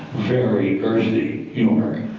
very earthy humor.